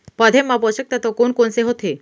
पौधे मा पोसक तत्व कोन कोन से होथे?